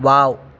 wow